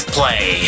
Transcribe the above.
Play